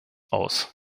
aus